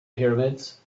pyramids